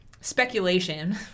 Speculation